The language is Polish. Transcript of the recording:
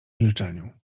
milczeniu